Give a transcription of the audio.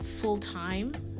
full-time